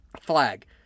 flag